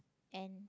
and